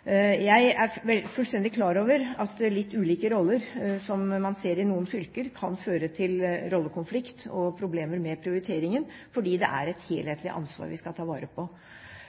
Jeg er fullstendig klar over at litt ulike roller, som man ser i noen fylker, kan føre til rollekonflikt og problemer med prioriteringen fordi det er et helhetlig ansvar vi skal ta vare på.